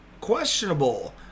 questionable